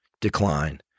decline